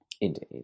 Indeed